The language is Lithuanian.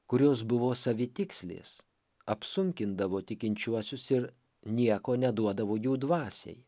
kurios buvo savitikslės apsunkindavo tikinčiuosius ir nieko neduodavo jų dvasiai